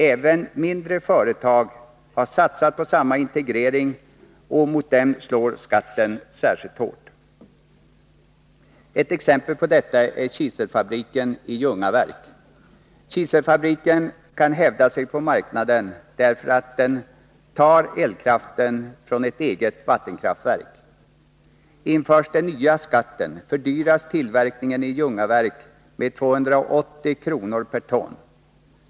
Även mindre företag har satsat på samma integrering, och mot dessa slår skatten särskilt hårt. Ett exempel på detta är kiselfabriken i Ljungaverk. Kiselfabriken kan hävda sig på marknaden därför att den tar sin elkraft från eget vattenkraftverk. Införs den nya skatten, fördyras tillverkningen i Ljungaverk med 280 kr. per ton.